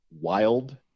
Wild